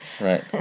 Right